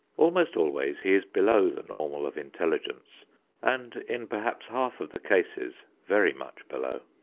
almost always he is below the normal of intelligence and in perhaps half of the cases very much below.